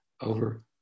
over